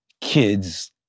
kids